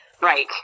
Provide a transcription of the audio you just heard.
Right